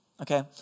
Okay